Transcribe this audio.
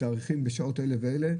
בתאריכים ובשעות אלה ואלה?